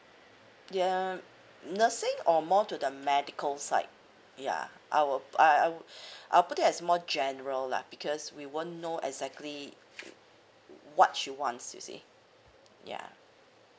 they are nursing or more to the medical side yeah I would I I would I'll put it as more general lah because we wouldn't know exactly what she wants you see yeah